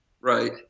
Right